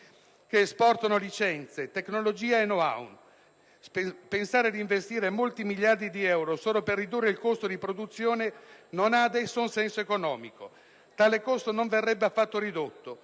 che esportano licenze, tecnologia e *know-how*. Pensare di investire molti miliardi di euro solo per ridurre il costo di produzione non ha adesso un senso economico. Tale costo non verrebbe affatto ridotto: